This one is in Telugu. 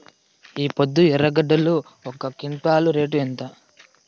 ఈపొద్దు ఎర్రగడ్డలు ఒక క్వింటాలు రేటు ఎంత?